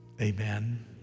Amen